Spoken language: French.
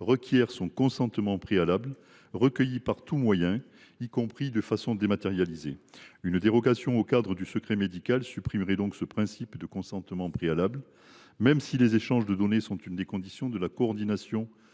requiert son consentement préalable, recueilli par tout moyen, y compris de façon dématérialisée ». Une dérogation au cadre du secret médical supprimerait donc ce principe de consentement préalable. Les échanges de données sont certes une des conditions de la coordination